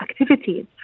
activities